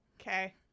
Okay